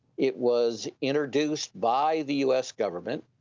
it was introduced by the us government.